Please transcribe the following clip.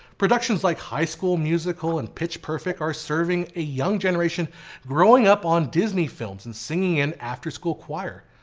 productions like high school musical and pitch perfect are serving a young generation growing up on disney films and singing in after school choir.